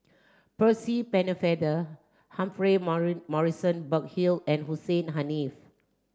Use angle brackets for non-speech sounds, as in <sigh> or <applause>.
Percy Pennefather Humphrey <unintelligible> Morrison Burkill and Hussein Haniff